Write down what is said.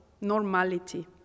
normality